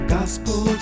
Gospel